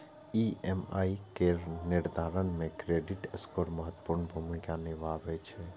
EMI केर निर्धारण मे क्रेडिट स्कोर महत्वपूर्ण भूमिका निभाबै छै